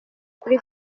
kuri